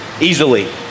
Easily